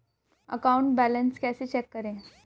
Account balance कैसे check करें?